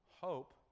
hope